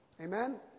Amen